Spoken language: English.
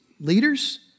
Leaders